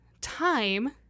time